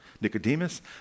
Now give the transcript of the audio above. Nicodemus